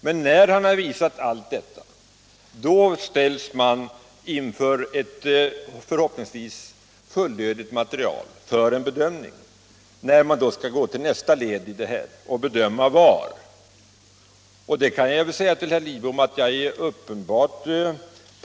Men när han har visat allt detta och presenterar ett förhoppningsvis fullödigt material då följer nästa led och bedömningen av var avfallet skall deponeras kan påbörjas.